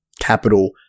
capital